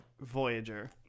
Voyager